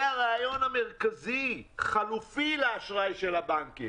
זה הרעיון המרכזי, חלופי לאשראי של הבנקים